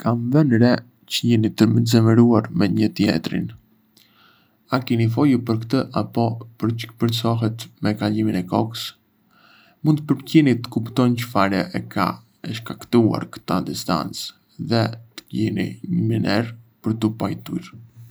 Kam vënë re çë jeni të zemëruar me njëri-tjetrin... a keni folur për këtë apo po përkeçësohet me kalimin e kohës? Mund të përpiqeni të kuptoni çfarë e ka shkaktuar këtë distancë dhe të gjeni një mënyrë për t'u pajtuar.